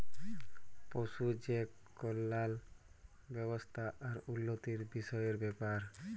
পশু যে কল্যাল ব্যাবস্থা আর উল্লতির বিষয়ের ব্যাপার